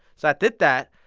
so i did that.